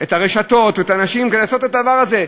את הרשתות, את האנשים, לעשות את הדבר הזה.